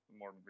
more